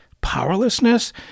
powerlessness